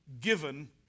given